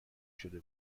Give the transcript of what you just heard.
شده